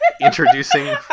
introducing